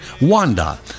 WANDA